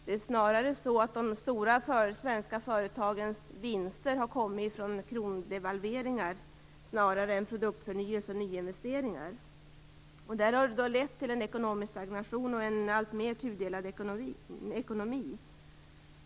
De stora svenska företagens vinster har kommit från krondevalveringar snarare än från produktförnyelser och nyinvesteringar. Det har lett till en ekonomisk stagnation och en alltmer tudelad ekonomi.